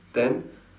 then